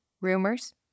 rumors